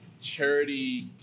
charity